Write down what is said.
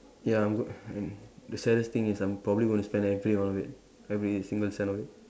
ya I'm go the saddest thing is I'm probably gonna spend everyone one of it every single cent of it